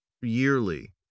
yearly